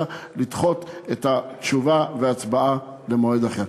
לדחות את התשובה וההצבעה למועד אחר.